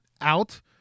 out